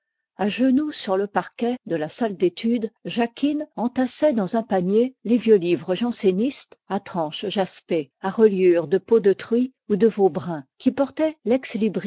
à genoux sur le parquet de la salle d'études jacquine entassait dans un panier les vieux livres jansénistes à tranche jaspée à reliure de peau de truie ou de veau brun qui portaient l'ex